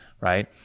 right